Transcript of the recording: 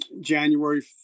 January